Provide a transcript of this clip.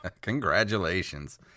Congratulations